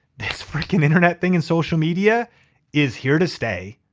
this fricking internet thing and social media is here to stay.